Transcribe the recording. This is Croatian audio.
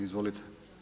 Izvolite.